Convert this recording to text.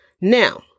now